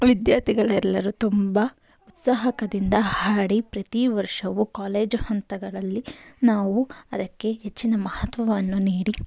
ವಿದ್ಯಾರ್ಥಿಗಳೆಲ್ಲರೂ ತುಂಬ ಉತ್ಸಾಹದಿಂದ ಹಾಡಿ ಪ್ರತಿವರ್ಷವೂ ಕಾಲೇಜು ಹಂತಗಳಲ್ಲಿ ನಾವು ಅದಕ್ಕೆ ಹೆಚ್ಚಿನ ಮಹತ್ವವನ್ನು ನೀಡಿ